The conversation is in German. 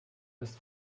ist